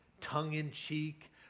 tongue-in-cheek